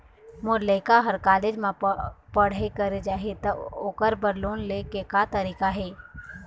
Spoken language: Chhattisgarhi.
मोर लइका हर कॉलेज म पढ़ई करे जाही, त ओकर बर लोन ले के का तरीका हे?